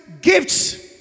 gifts